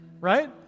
Right